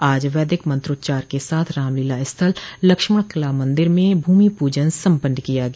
आज वैदिक मंत्रोच्चार के साथ रामलीला स्थल लक्ष्मण किला मंदिर में भूमि पूजन सम्पन्न किया गया